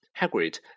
Hagrid